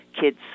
kids